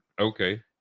Okay